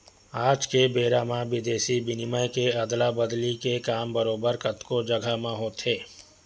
आज के बेरा म बिदेसी बिनिमय के अदला बदली के काम बरोबर कतको जघा म होथे